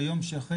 ביום שאחרי,